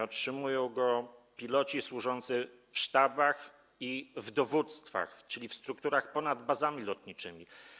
Otrzymują go piloci służący w sztabach i w dowództwach, czyli w strukturach ponad bazami lotniczymi.